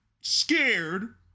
scared